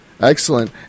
Excellent